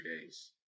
days